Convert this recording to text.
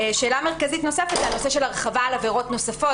שאלה מרכזית נוספת היא הנושא של הרחבה לעבירות נוספות.